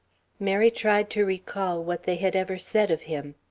mary tried to recall what they had ever said of him.